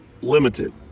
limited